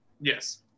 Yes